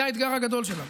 זה האתגר הגדול שלנו.